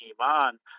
Iman